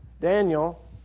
Daniel